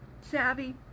savvy